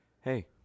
Hey